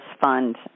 fund